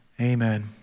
Amen